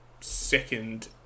second